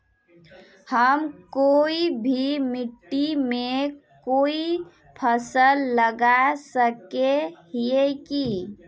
हम कोई भी मिट्टी में कोई फसल लगा सके हिये की?